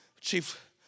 Chief